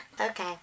Okay